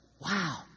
Wow